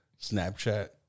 Snapchat